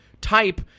Type